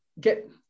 get